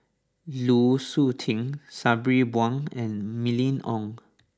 Lu Suitin Sabri Buang and Mylene Ong